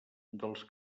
dels